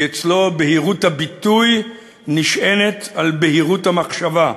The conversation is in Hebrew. כי אצלו בהירות הביטוי נשענת על בהירות המחשבה,